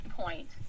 point